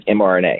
MRNA